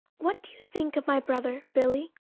what do you think of my brother billy?